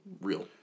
real